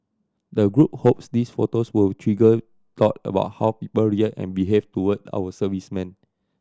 the group hopes these photos will trigger thought about how people react and behave toward our servicemen